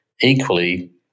equally